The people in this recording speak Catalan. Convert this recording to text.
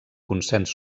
consens